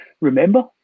remember